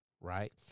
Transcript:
Right